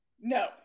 No